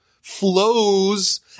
flows